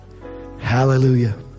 Hallelujah